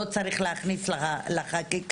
לא צריך להכניס את זה לחקיקה,